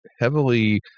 heavily